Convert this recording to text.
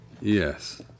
yes